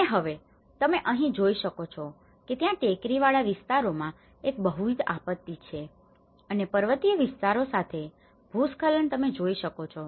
અને હવે તમે અહીં જોઈ શકો છો કે ત્યાં ટેકરીવાળા વિસ્તારોમાં એક બહુવિધ આપત્તિ છે અને પર્વતીય વિસ્તારો સાથે ભૂસ્ખલન તમે જોઈ શકો છો